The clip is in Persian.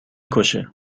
کشه